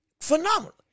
Phenomenal